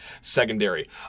secondary